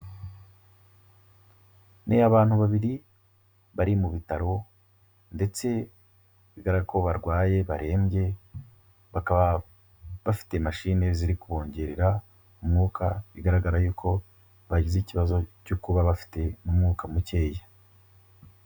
Ni abantu babiri bari mu bitaro ndetse bigaragara ko barwaye barembye, bakaba bafite mashini ziri kubongerera umwuka, bigaragara y'uko bagize ikibazo cyo kuba bafite umwuka mukeya.